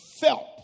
felt